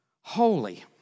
holy